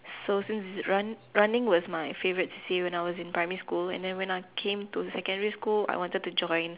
so running running was my favourite C_C_A when I was in primary school and then when I was in secondary school I wanted to join